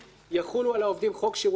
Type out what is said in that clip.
יחולו על העובדים חוק שירות המדינה,